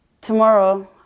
tomorrow